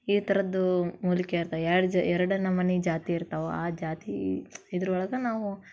ಈ ಥರದ್ದು ಮೂಲಿಕೆ ಇರ್ತ ಎರಡು ಜ ಎರಡು ನಮೂನಿ ಜಾತಿ ಇರ್ತವೆ ಆ ಜಾತಿ ಇದ್ರ ಒಳಗೆ ನಾವು